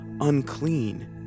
unclean